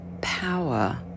power